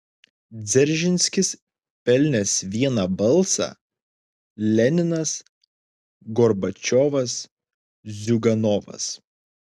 dzeržinskis pelnęs vieną balsą leninas gorbačiovas ziuganovas